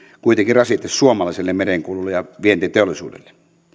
kuitenkin rasite suomalaiselle merenkululle ja vientiteollisuudelle